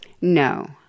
No